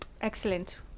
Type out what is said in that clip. excellent